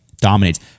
dominates